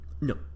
No